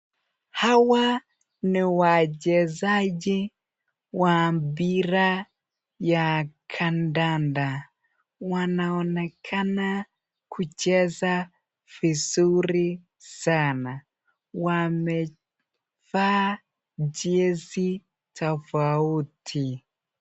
Hawa ni wachezaji wa mpira ya kandanda wanaonekana kucheza vizuri sana wamevaa jezi tofauti.